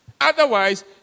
Otherwise